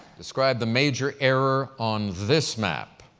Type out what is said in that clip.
describe the major error on this map.